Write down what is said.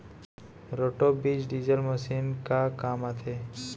Roto बीज drill machine का काम आथे?